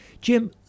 Jim